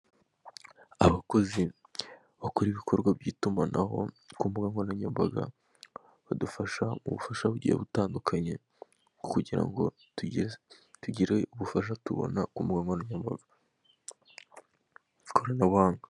Abakozi bakora ibikorwa by'itumanaho ku mbuga nkoranyambaga badufasha ubufasha bugiye butandukanye kugira ngo tugire ubufasha tubona ku mbuga nkoranyambaga, ku ikoranabuhanga.